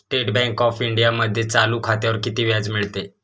State bank of इंडियामध्ये चालू खात्यावर किती व्याज मिळते?